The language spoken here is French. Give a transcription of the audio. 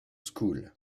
school